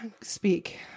Speak